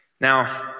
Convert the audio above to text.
Now